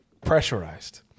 pressurized